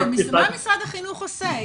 מה משרד החינוך עושה?